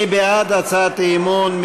מי בעד הצעת האי-אמון?